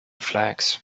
flags